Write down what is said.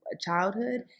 childhood